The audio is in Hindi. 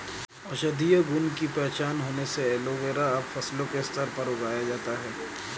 औषधीय गुण की पहचान होने से एलोवेरा अब फसलों के स्तर पर उगाया जाता है